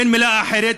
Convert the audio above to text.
אין מילה אחרת,